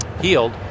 healed